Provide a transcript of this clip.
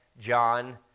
John